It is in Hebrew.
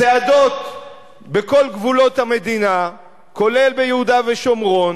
צעדות בכל גבולות המדינה, כולל ביהודה ושומרון,